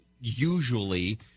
usually